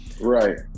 Right